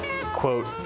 quote